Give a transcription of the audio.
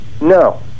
No